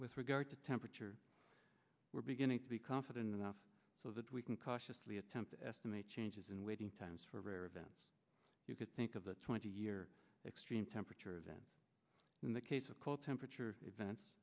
with regard to temperature we're beginning to be confident enough so that we can cautiously attempt to estimate changes in waiting times for rare events you could think of the twenty year extreme temperature that in the case of cold temperature events